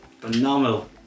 phenomenal